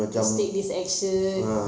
must take this action